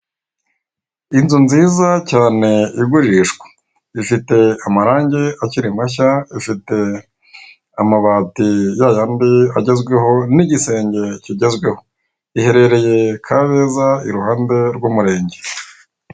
Inzu nziza cyane igurishwa ifite amarange akiri mashya, ifite amabati yayandi agezweho n'igisenge kigezweho, iherereye Kabeza iruhande rw'Umurenge.